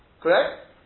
Correct